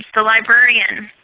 so librarian,